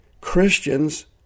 Christians